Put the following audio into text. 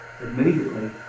immediately